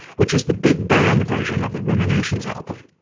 which is the big band version of the ruminations album.